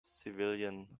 civilian